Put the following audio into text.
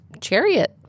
chariot